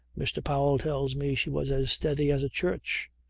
mr. powell tells me she was as steady as a church.